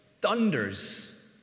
thunders